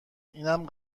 اینم